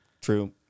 True